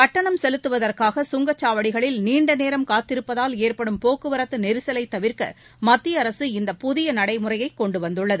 கட்டணம் செலுத்துவதற்காக சுங்கச்சாவடிகளில் நீண்ட நேரம் காத்திருப்பதால் எற்படும் போக்குவரத்து நெரிசலைத் தவிர்க்க மத்திய அரசு இந்த புதிய நடைமுறையை கொண்டு வந்துள்ளது